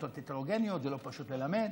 כיתות הטרוגניות זה לא פשוט ללמד,